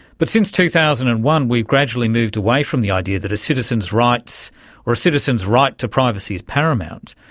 but since two thousand and one we've gradually moved away from the idea that a citizen's rights or a citizen's right to privacy is paramount.